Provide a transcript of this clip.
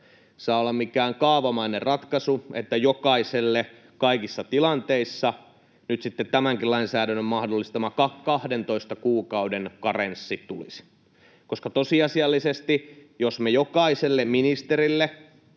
saa olla mikään kaavamainen ratkaisu, että jokaiselle kaikissa tilanteissa tämänkin lainsäädännön mahdollistama 12 kuukauden karenssi tulisi. Nimittäin tosiasiallisesti, jos me jokaiselle ministerille